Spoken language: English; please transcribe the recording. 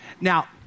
Now